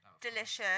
Delicious